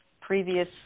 previous